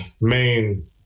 main